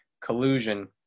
collusion